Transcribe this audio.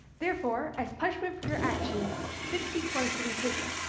therefore, as punishment for your actions fifty points will be taken.